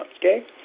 okay